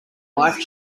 life